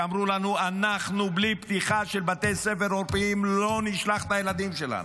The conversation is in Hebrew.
שאמרו לנו: אנחנו בלי פתיחה של בתי ספר עורפיים לא נשלח את הילדים שלנו.